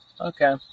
Okay